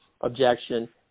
objection